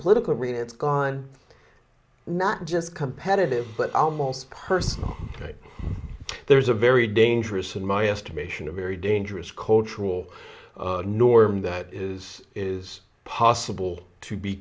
political arena it's gone not just competitive but almost personal right there's a very dangerous in my estimation a very dangerous cultural norm that is is possible to be